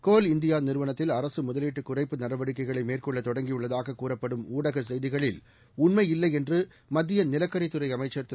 கோல் இந்தியாநிறுவனத்தில் அரசுமுதலீட்டுகுறைப்பு நடவடிக்கைகளைமேற்கொள்ளதொடங்கியுள்ள்தாககூறப்படும் ஊடகசெய்திகளில் உண்மையில்லைஎன்றுமத்தியநிலக்கரிதுறைஅமைச்சர் திரு